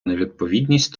невідповідність